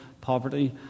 poverty